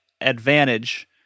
advantage